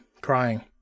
crying